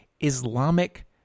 Islamic